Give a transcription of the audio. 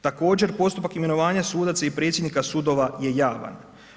Također postupak imenovanja sudaca i predsjednika sudova je javan.